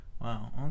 Wow